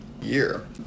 year